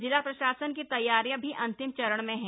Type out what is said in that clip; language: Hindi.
जिला प्रशासन की तैयारियां भी अंतिम चरण में है